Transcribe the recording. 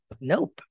Nope